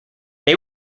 they